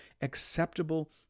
acceptable